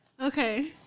okay